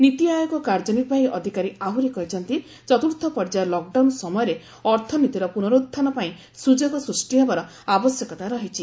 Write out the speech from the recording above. ନୀତି ଆୟୋଗ କାର୍ଯ୍ୟନିର୍ବାହୀ ଅଧିକାରୀ ଆହୁରି କହିଛନ୍ତି ଚତୁର୍ଥ ପର୍ଯ୍ୟାୟ ଲକ୍ଡାଉନ୍ ସମୟରେ ଅର୍ଥନୀତିର ପୁନରୁଡ୍ଡାନ ପାଇଁ ସୁଯୋଗ ସୃଷ୍ଟି ହେବାର ଆବଶ୍ୟକତା ରହିଛି